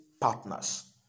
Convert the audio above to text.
partners